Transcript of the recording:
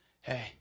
hey